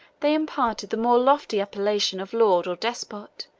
they imparted the more lofty appellation of lord or despot,